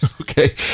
Okay